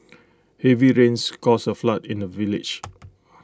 heavy rains caused A flood in the village